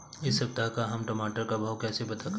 इस सप्ताह का हम टमाटर का भाव कैसे पता करें?